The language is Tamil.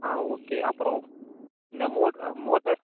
ஆ ஓகே அப்புறம் இந்த மோர் மோட்டர்